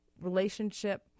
relationship